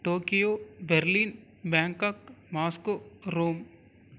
Tokyo Berlin Bangkok Moscow Rome